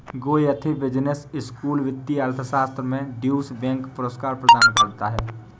Goethe business school वित्तीय अर्थशास्त्र में ड्यूश बैंक पुरस्कार प्रदान करता है